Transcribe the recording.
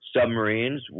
submarines